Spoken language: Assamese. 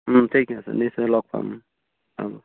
ঠিকে আছে নিশ্চয় লগ পাম হ'ব